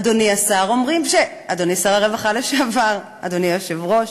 אדוני שר הרווחה לשעבר, אדוני היושב-ראש.